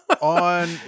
On